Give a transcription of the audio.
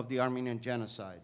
of the armenian genocide